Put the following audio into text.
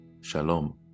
shalom